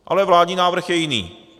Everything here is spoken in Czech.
Ale vládní návrh je jiný.